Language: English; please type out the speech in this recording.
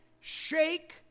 shake